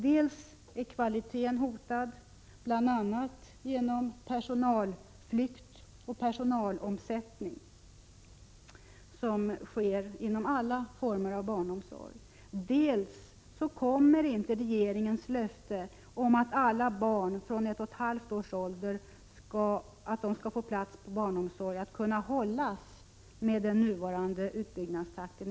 Dels är kvaliteten hotad, bl.a. genom den personalflykt och personalomsättning som sker inom alla former av barnomsorgen. Dels kommer inte regeringens löfte om att alla barn från 1,5 års ålder skall få plats i barnomsorgen att kunna hållas med den nuvarande utbyggnadstakten.